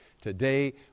Today